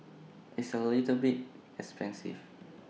it's A little bit expensive